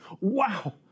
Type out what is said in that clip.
Wow